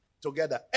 together